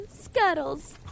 scuttles